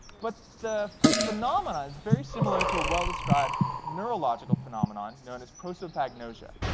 but the phenomenon is very similar to a well-described neurological phenomenon known as prosopagnosia.